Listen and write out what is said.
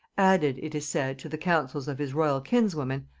added, it is said, to the counsels of his royal kinswoman,